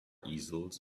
easels